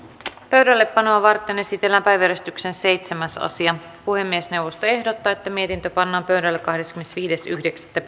pöydällepanoa varten esitellään päiväjärjestyksen seitsemäs asia puhemiesneuvosto ehdottaa että mietintö pannaan pöydälle kahdeskymmenesviides yhdeksättä